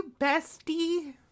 bestie